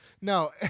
No